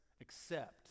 accept